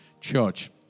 church